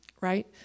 Right